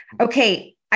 Okay